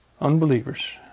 unbelievers